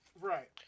Right